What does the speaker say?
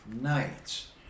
Nights